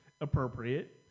appropriate